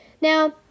Now